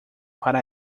para